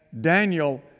Daniel